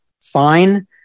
Fine